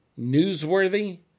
newsworthy